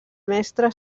mestre